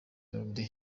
melody